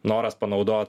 noras panaudot